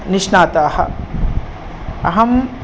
निष्णाताः अहं